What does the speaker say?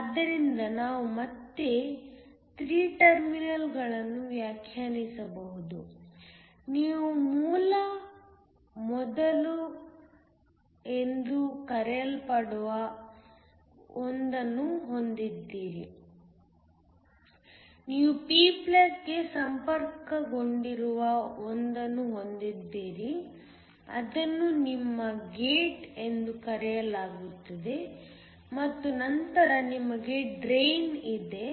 ಆದ್ದರಿಂದ ನಾವು ಮತ್ತೆ 3 ಟರ್ಮಿನಲ್ಗಳನ್ನು ವ್ಯಾಖ್ಯಾನಿಸಬಹುದು ನೀವು ಮೂಲ ಎಂದು ಕರೆಯಲ್ಪಡುವ ಒಂದನ್ನು ಹೊಂದಿದ್ದೀರಿ ನೀವು p ಗೆ ಸಂಪರ್ಕಗೊಂಡಿರುವ ಒಂದನ್ನು ಹೊಂದಿದ್ದೀರಿ ಅದನ್ನು ನಿಮ್ಮ ಗೇಟ್ ಎಂದು ಕರೆಯಲಾಗುತ್ತದೆ ಮತ್ತು ನಂತರ ನಿಮಗೆ ಡ್ರೈನ್ ಇದೆ